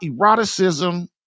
eroticism